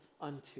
unto